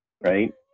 right